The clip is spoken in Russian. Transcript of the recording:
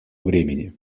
времени